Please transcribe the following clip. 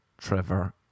Trevor